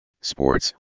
sports